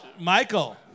Michael